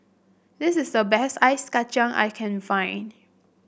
this is the best Ice Kachang I can find